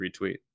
retweet